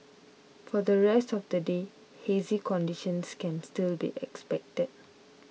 for the rest of the day hazy conditions can still be expected